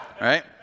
Right